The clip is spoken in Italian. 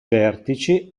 vertici